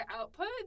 output